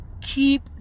keep